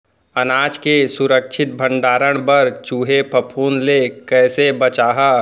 अनाज के सुरक्षित भण्डारण बर चूहे, फफूंद ले कैसे बचाहा?